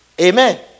Amen